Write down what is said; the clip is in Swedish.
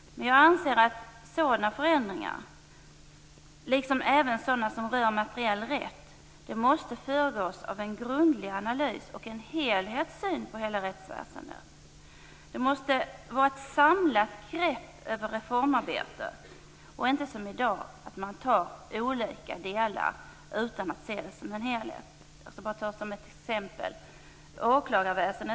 Men jag anser att sådana förändringar, liksom sådana som rör materiell rätt, måste föregås av en grundlig analys och en helhetssyn på hela rättsväsendet. Det måste vara ett samlat grepp över reformarbetet. Det kan alltså inte vara som i dag, dvs. att man tar olika delar utan att se dem som en helhet. Jag kan som exempel nämna åklagarväsendet.